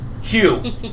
Hugh